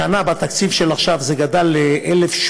השנה, בתקציב של עכשיו, זה גדל ל-1,830.